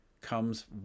comes